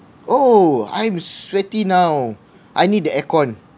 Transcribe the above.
oh I'm sweaty now I need the aircon